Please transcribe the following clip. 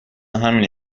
همینه